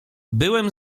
byłem